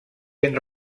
ben